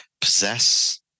possess